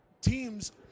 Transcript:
teams